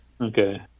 Okay